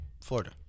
Florida